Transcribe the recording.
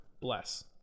bless